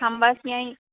हम बस यहीं